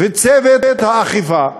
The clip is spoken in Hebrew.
וצוות האכיפה.